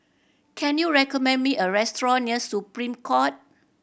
can you recommend me a restaurant near Supreme Court